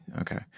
Okay